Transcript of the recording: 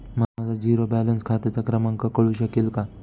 माझ्या zero balance खात्याचा क्रमांक कळू शकेल का?